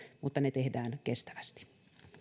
mutta ne tehdään kestävästi